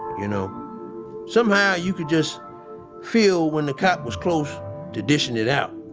you know somehow, you could just feel when the cop was close to dishing it out.